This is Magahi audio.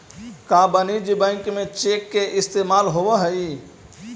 का वाणिज्य बैंक में चेक के इस्तेमाल होब हई?